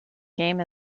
game